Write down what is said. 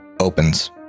opens